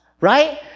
right